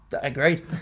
Agreed